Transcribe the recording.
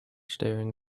staring